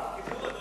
קיבלו,